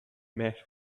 met